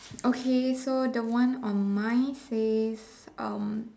okay so the one on mine says um